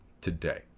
today